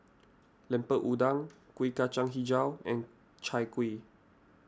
Lemper Udang Kuih Kacang HiJau and Chai Kueh